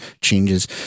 changes